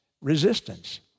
resistance